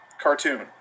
cartoon